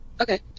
okay